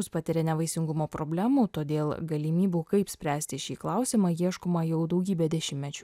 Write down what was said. patiria nevaisingumo problemų todėl galimybių kaip spręsti šį klausimą ieškoma jau daugybę dešimtmečių